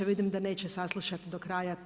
Vidim da neće saslušat do kraja.